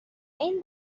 این